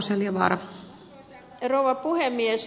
arvoisa rouva puhemies